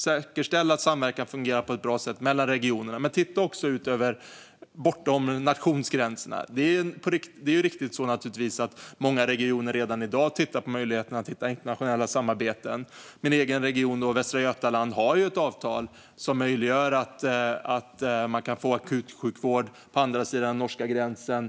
Säkerställ att samverkan fungerar på ett bra sätt mellan regionerna! Titta också ut bortom nationsgränserna! Det stämmer att många regioner redan i dag ser på möjligheterna att hitta internationella samarbeten. Min egen region, Västra Götaland, har ett avtal som möjliggör akutsjukvård på andra sidan den norska gränsen.